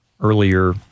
earlier